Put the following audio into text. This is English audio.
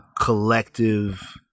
collective